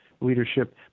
leadership